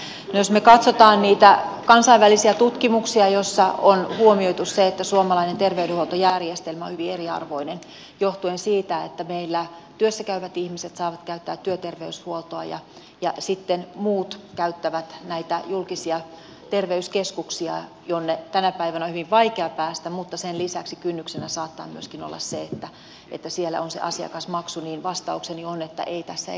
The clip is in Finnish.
no jos me katsomme niitä kansainvälisiä tutkimuksia joissa on huomioitu se että suomalainen terveydenhuoltojärjestelmä on hyvin eriarvoinen johtuen siitä että meillä työssäkäyvät ihmiset saavat käyttää työterveyshuoltoa ja sitten muut käyttävät näitä julkisia terveyskeskuksia joihin tänä päivänä on hyvin vaikea päästä mutta joissa sen lisäksi kynnyksenä saattaa myöskin olla se että siellä on asiakasmaksu niin vastaukseni on että ei tässä